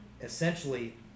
Essentially